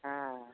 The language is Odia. ହଁ